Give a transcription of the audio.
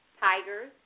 Tigers